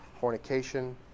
fornication